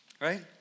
right